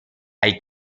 hay